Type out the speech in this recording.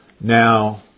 Now